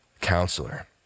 counselor